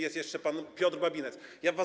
Jest jeszcze pan Piotr Babinetz.